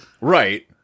right